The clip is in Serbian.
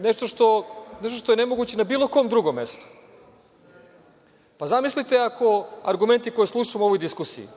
nešto što je nemoguće na bilo kom drugom mestu. Pa, zamislite ako argumenti koje slušamo u ovoj diskusiji